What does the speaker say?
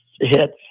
hits